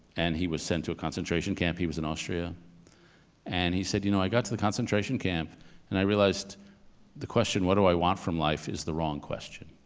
and he was sent to a concentration camp. he was in austria and he said, you know, i got to the concentration camp and i realized the question what do i want from life is the wrong question.